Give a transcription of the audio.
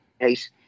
Case